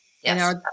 Yes